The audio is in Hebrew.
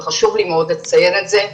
חשוב לי מאוד לציין את זה.